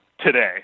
today